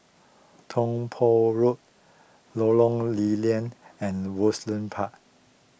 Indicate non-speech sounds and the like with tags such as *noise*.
Tiong Poh Road Lorong Lew Lian and *unintelligible* Park